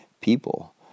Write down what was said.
people